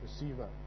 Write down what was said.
receiver